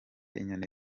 inyoni